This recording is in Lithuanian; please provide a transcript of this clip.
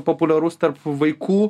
populiarus tarp vaikų